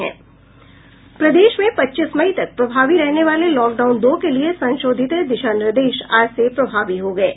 प्रदेश में पच्चीस मई तक प्रभावी रहने वाले लॉकडाउन दो के लिये संशोधित दिशा निर्देश आज से प्रभावी हो गये हैं